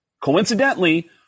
coincidentally